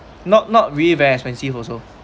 not not really very expensive also